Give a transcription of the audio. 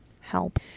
Help